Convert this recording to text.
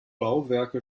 bauwerke